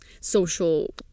social